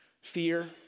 fear